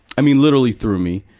i mean, literally through me.